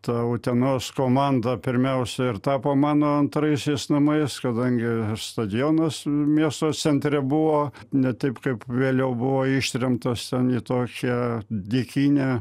tą utenos komanda pirmiausia ir tapo mano antraisiais namais kadangi stadionas miesto centre buvo ne taip kaip vėliau buvo ištremtos ten į tokią dykynę